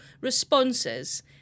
responses